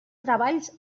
treballs